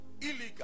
illegal